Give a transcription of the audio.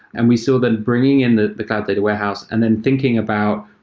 and we saw them bringing in the the cloud data warehouse and then thinking about,